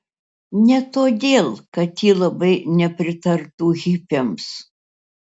ne todėl kad ji labai nepritartų hipiams